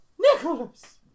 Nicholas